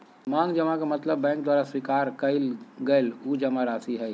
मांग जमा के मतलब बैंक द्वारा स्वीकार कइल गल उ जमाराशि हइ